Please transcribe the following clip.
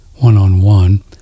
one-on-one